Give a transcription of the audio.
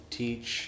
teach